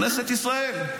כנסת ישראל.